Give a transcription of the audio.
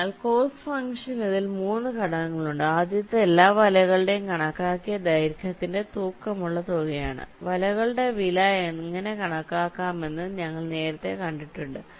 അതിനാൽ cost function അതിൽ 3 ഘടകങ്ങളുണ്ട് ആദ്യത്തേത് എല്ലാ വലകളുടെയും കണക്കാക്കിയ ദൈർഘ്യത്തിന്റെ തൂക്കമുള്ള തുകയാണ് വലകളുടെ വില എങ്ങനെ കണക്കാക്കാമെന്ന് ഞങ്ങൾ നേരത്തെ കണ്ടിട്ടുണ്ട്